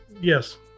Yes